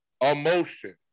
emotion